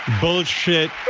Bullshit